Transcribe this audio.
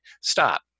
Stop